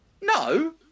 No